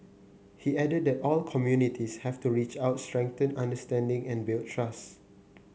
he added that all communities have to reach out strengthen understanding and build trust